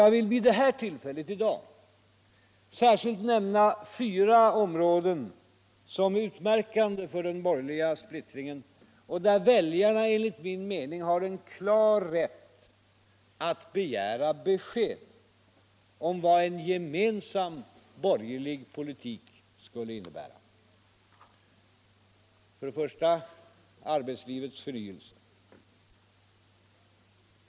Jag vill vid detta tillfälle särskilt nämna fyra områden som är utmärkande för den borgerliga splittringen och där väljarna enligt min mening har klar rätt att begära besked om vad en gemensam borgerlig politik skulle innebära.